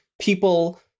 people